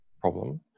problem